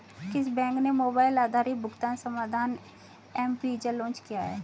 किस बैंक ने मोबाइल आधारित भुगतान समाधान एम वीज़ा लॉन्च किया है?